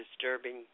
disturbing